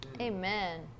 Amen